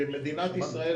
במדינה יהודית יש לה